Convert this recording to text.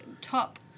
top